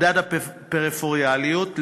מדד הפריפריאליות,